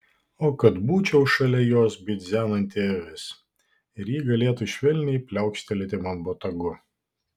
o kad būčiau šalia jos bidzenanti avis ir ji galėtų švelniai pliaukštelėti man botagu